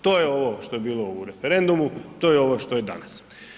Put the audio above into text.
To je ovo što je bilo u referendumu, to je ovo što je danas.